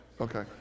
Okay